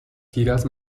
giras